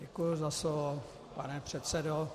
Děkuji za slovo, pane předsedo.